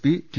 P T